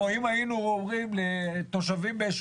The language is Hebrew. או אם היינו אומרים לתושבים ביישוב